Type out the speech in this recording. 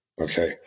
okay